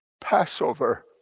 Passover